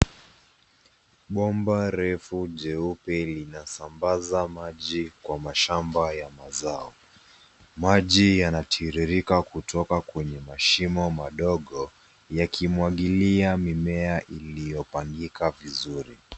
Bomba refu jeupe linasambaza maji kwa mashamba ya mazao. Maji yanatiririka kutoka kwneye mashimo madogo yakimwagilia mimea iliyopangika vizuri.